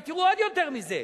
ותראו עוד יותר מזה,